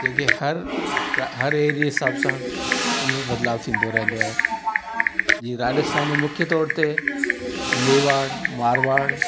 जेके हर हर एरिए हिसाब सां उन में बदिलाउ थींदो रहंदो आहे जीअं राजस्थान जे मुख्य तौर ते मेवाड़ मारवाड़